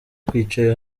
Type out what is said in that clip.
twicaye